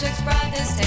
brothers